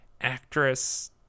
actress